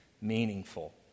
meaningful